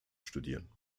studieren